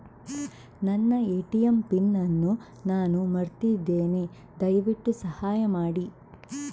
ನನ್ನ ATM pin ಅನ್ನು ನಾನು ಮರ್ತಿದ್ಧೇನೆ, ದಯವಿಟ್ಟು ಸಹಾಯ ಮಾಡಿ